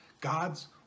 God's